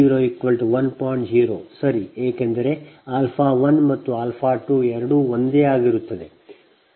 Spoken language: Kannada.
0 ಸರಿ ಏಕೆಂದರೆ α 1 ಮತ್ತು α 2 ಎರಡೂ ಒಂದೇ ಆಗಿರುತ್ತವೆ 14